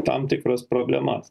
tam tikras problemas